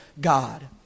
God